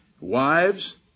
Wives